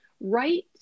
right